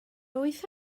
wyth